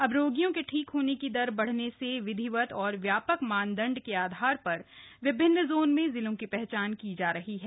अब रोगियों के ठीक होने की दर बैने से विधिवत और व्यापक मानदंड के आधार पर विभिन्न जोन में जिलों की पहचान की जा रही है